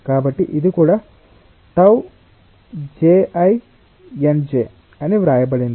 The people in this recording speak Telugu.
కాబట్టి ఇది కూడా 𝜏𝑗𝑖𝑛𝑗 అని వ్రాయబడింది